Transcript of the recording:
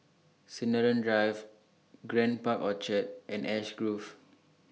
Sinaran Drive Grand Park Orchard and Ash Grove